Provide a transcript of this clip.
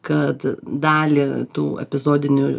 kad dalį tų epizodinių